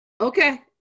Okay